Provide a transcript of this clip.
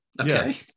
okay